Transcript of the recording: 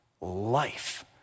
life